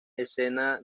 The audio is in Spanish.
escena